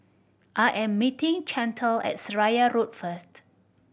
I am meeting Chantel at Seraya Road first